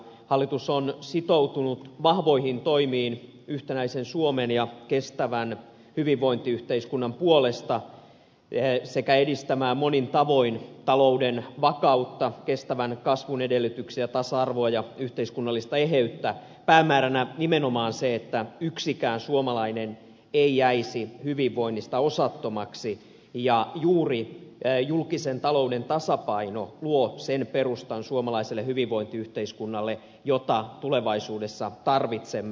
hallitus on sitoutunut vahvoihin toimiin yhtenäisen suomen ja kestävän hyvinvointiyhteiskunnan puolesta sekä edistämään monin tavoin talouden vakautta kestävän kasvun edellytyksiä tasa arvoa ja yhteiskunnallista eheyttä päämääränä nimenomaan se että yksikään suomalainen ei jäisi hyvinvoinnista osattomaksi ja juuri julkisen talouden tasapaino luo sen perustan suomalaiselle hyvinvointiyhteiskunnalle jota tulevaisuudessa tarvitsemme